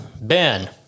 Ben